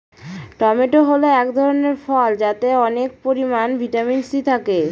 tomato হল এক ধরনের ফল যাতে অনেক পরিমান ভিটামিন সি থাকে